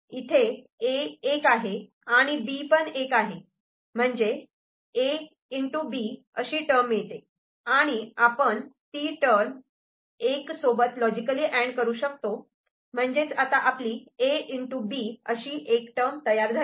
इथे A एक आहे आणि B पण एक आहे म्हणजे A B अशी टर्म मिळते आणि आपण ती टर्म '1' सोबत लॉजिकली अँड करू शकतो म्हणजे आपली A B अशी एक टर्म तयार झाली